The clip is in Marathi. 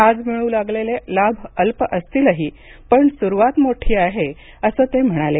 आज मिळू लागलेले लाभ अल्प असतीलही पण ही सुरुवात मोठी आहे असं ते म्हणाले